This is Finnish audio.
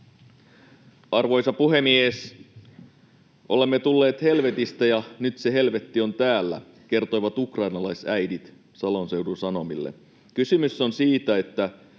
Arvoisa puhemies! ”Olemme tulleet helvetistä, ja nyt se helvetti on täällä”, kertoivat ukrainalaisäidit Salon Seudun Sanomille. Kysymys on siitä, että